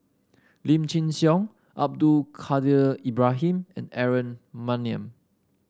Lim Chin Siong Abdul Kadir Ibrahim and Aaron Maniam